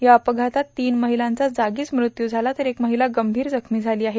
या अपघातात तीन महिलांचा जागीच मृत्यू झाला तर एक महिला गंभीर जखमी झाली आहे